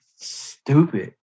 stupid